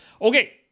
Okay